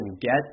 get